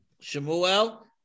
Shemuel